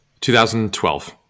2012